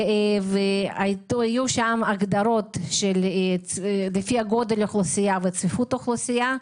היו שם הגדרות לפי גודל האוכלוסייה וצפיפות האוכלוסייה.